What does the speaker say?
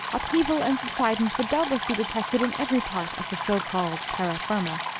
upheaval and subsidence would doubtless be detected in every part of the so-called terra firma.